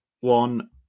one